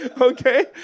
okay